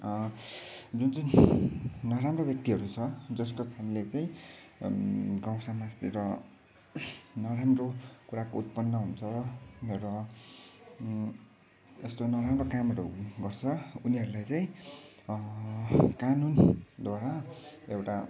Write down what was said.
अँ जुन जुन नराम्रो व्यक्तिहरू छ जसको कारणले चाहिँ गाउँ समाजतिर नराम्रो कुराको उत्पन्न हुन्छ र यस्तो नराम्रो कामहरू गर्छ उनीहरूलाई चाहिँ कानुनद्वारा एउटा